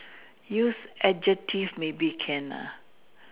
use adjectives maybe can ah